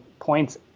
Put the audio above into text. points